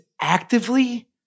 actively